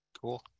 cool